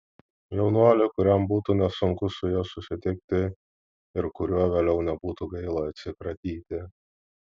jaunuolį kuriam būtų nesunku su ja susitikti ir kuriuo vėliau nebūtų gaila atsikratyti